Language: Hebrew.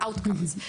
Outcomes,